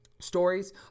Stories